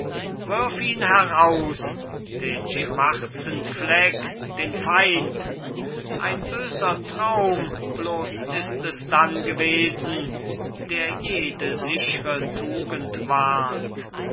wirf ihn heraus den schwarzen fleck den feind ein böser traum bloß ist es dann gewesen der jede sichre tugend warnt